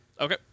Okay